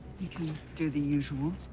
you can do the usual?